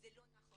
זה לא נכון.